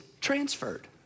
transferred